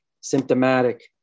symptomatic